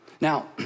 Now